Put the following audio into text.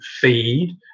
feed